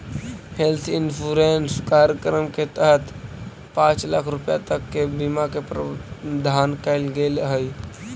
health insurance कार्यक्रम के तहत पांच लाख रुपया तक के बीमा के प्रावधान कैल गेल हइ